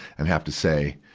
and have to say,